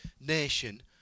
nation